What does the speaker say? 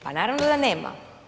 Pa naravno da nema.